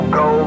go